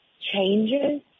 changes